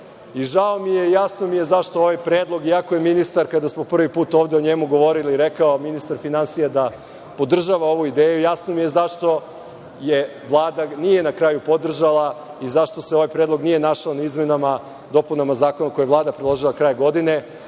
Žao mi je i jasno mi je zašto ovaj predlog, iako je ministar finansija kada smo prvi put ovde o njemu govorili rekao da podržava ovu ideju, jasno mi je zašto je Vlada nije na kraju podržala i zašto se ovaj predlog nije našao u izmenama i dopunama zakona koje je Vlada predložila krajem godine,